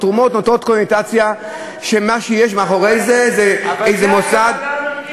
תרומות נותנות קונוטציה שמה שיש מאחורי זה זה איזה מוסד קיבלנו.